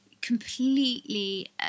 completely